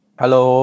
hello